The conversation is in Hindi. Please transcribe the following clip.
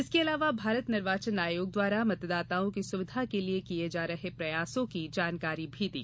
इसके अलावा भारत निर्वाचन आयोग द्वारा मतदाताओं की सुविधा के लिए किये जा रहे प्रयासों की जानकारी दी